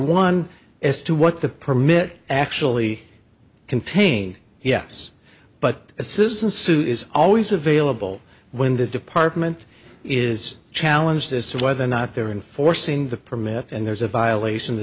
one as to what the permit actually contained yes but assistance to is always available when the department is challenged as to whether or not they're enforcing the permit and there's a violation